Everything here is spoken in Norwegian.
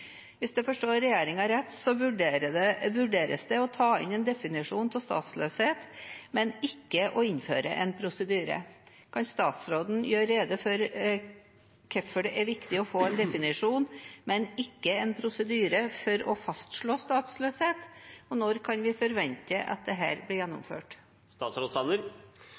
Hvis jeg forstår regjeringen rett, vurderes det å ta inn en definisjon av statsløshet, men ikke å innføre en prosedyre. Kan statsråden gjøre rede for hvorfor det er viktig å få en definisjon, men ikke en prosedyre for å fastslå statsløshet, og når kan vi forvente at dette blir gjennomført?